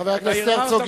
חבר הכנסת הרצוג,